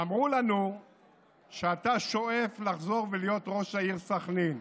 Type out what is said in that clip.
אמרו לנו שאתה שואף לחזור ולהיות ראש העיר סח'נין.